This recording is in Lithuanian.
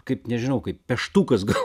kaip nežinau kaip peštukas gal